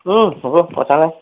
হ'ব কথা নাই